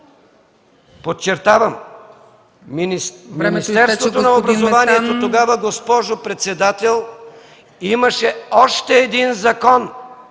МЕСТАН: …Министерството на образованието тогава, госпожо председател, имаше още един закон,